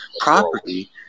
property